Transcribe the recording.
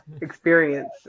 experience